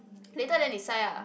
later then decide lah